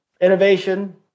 innovation